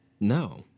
No